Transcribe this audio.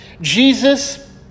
Jesus